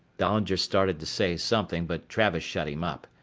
dahlinger started to say something but travis shut him up.